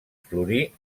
florir